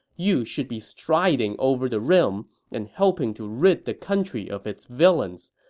you should be striding over the realm and helping to rid the country of its villains.